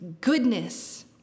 goodness